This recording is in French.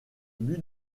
but